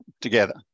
together